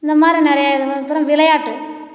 இந்த மாதிரி நிறையா இதுக்கு அப்புறம் விளையாட்டு